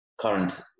current